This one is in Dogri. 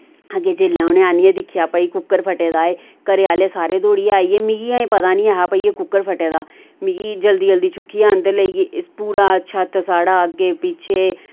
अग्गे जेल्लै उनै आह्नियै दिक्खेआ भई कुक्कर फटे दा ए घरै आह्ले सारे दौड़ियै आइयै मिगी अजें पता नेईं ऐ हा भाई एह् कुक्कर फटे दा मिगी जल्दी जल्दी चुक्कियै अंदर लेइयै पूरा छत्त साढ़ा अग्गें पिच्छें